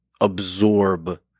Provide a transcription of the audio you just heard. absorb